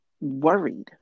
worried